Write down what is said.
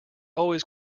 always